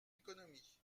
économie